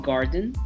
Garden